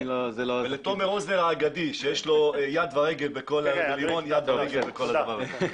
לתומר רוזנר האגדי שיש לו יד ורגל בכל הדבר הזה.